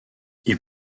ils